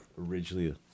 Originally